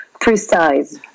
precise